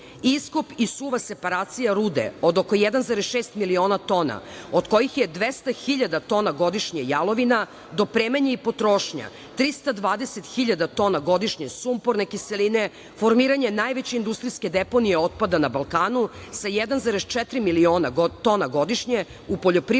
Iskop i suva separacija rude od oko 1,6 miliona tona od kojih je 200.000 tona godišnje jalovina, dopremanje i potrošnja 320.000 tona godišnje sumporne kiseline, formiranje najveće industrijske deponije otpada na Balkanu, sa 1,4 miliona tona godišnje u poljoprivrednom